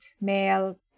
male